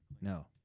No